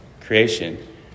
creation